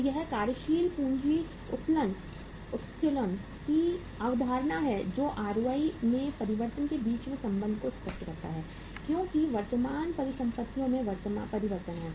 तो यह कार्यशील पूंजी उत्तोलन की अवधारणा है जो आरओआई में परिवर्तन के बीच के संबंध को स्पष्ट करता है क्योंकि वर्तमान परिसंपत्तियों में परिवर्तन है